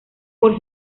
por